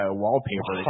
wallpaper